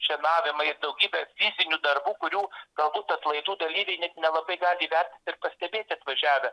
šienavimai daugybė fizinių darbų kurių galbūt atlaidų dalyviai net nelabai gali įvertinti ir pastebėti atvažiavę